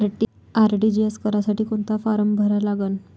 RTGS करासाठी कोंता form भरा लागन?